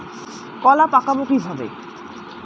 কলা পাকাবো কিভাবে?